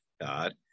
God